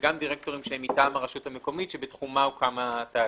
וגם דירקטורים שהם מטעם הרשות המקומית שבתחומה הוקם התאגיד.